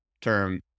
term